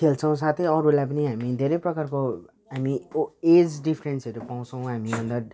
खेल्छौँ साथै अरूलाई पनि हामी धेरै प्रकारको हामी एज डिफ्रेन्सहरू पाउँछौँ हामीभन्दा